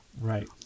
right